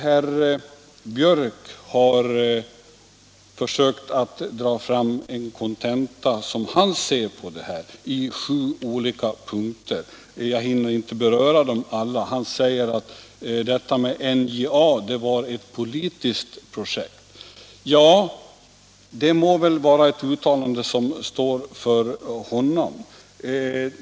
Herr Björck i Nässjö har sammanfattat hur han ser på det här i sju punkter. Jag hinner inte beröra dem alla. Han säger bl.a. att NJA var ett politiskt projekt. Ja, det uttalandet får stå för honom.